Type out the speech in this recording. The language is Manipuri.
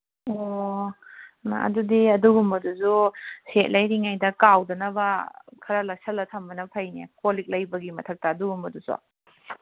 ꯑꯣ ꯍꯩꯃꯥ ꯑꯗꯨꯗꯤ ꯑꯗꯨꯒꯨꯝꯕꯗꯨꯁꯨ ꯁꯦꯠ ꯂꯩꯔꯤꯉꯩꯗ ꯀꯥꯎꯗꯅꯕ ꯈꯔ ꯂꯩꯁꯜꯂ ꯊꯝꯕꯅ ꯐꯩꯅꯦ ꯀꯣꯜ ꯂꯤꯛ ꯂꯩꯕꯒꯤ ꯃꯊꯛꯇ ꯑꯗꯨꯒꯨꯝꯕꯗꯨꯁꯨ